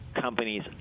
companies